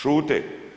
Šute.